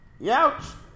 Yowch